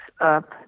up